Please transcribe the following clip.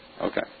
Okay